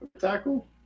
tackle